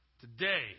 Today